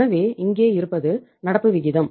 எனவே இங்கே இருப்பது நடப்பு விகிதம்